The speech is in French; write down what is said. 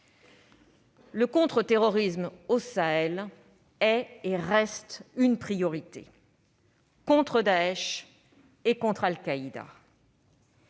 le contre-terrorisme au Sahel est et reste une priorité, contre Daech et contre Al-Qaïda.